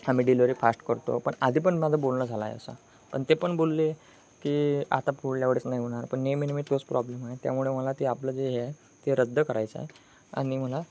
आम्ही delivery fast करतो पण आधी पण माझं बोलणं झालं आहे असं पण ते पण बोलले की आता पुढल्या वेळेस नाही होणार पण नेहमी नेहमी तोच प्रॉब्लेम आहे त्यामुळे मला ते आपलं जे हे आहे ते रद्द करायचं आहे आणि मला